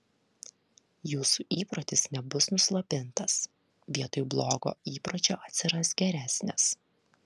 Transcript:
jūsų įprotis nebus nuslopintas vietoj blogo įpročio atsiras geresnis